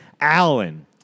Allen